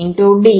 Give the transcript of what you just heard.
73N1d૦ છે